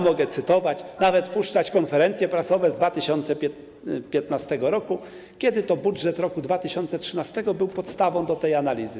Mogę cytować, nawet puszczać konferencje prasowe z 2015 r., kiedy to budżet roku 2013 był podstawą do tej analizy.